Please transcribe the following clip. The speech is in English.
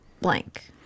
blank